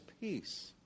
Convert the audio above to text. peace